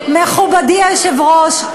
אדוני, מכובדי היושב-ראש,